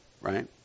right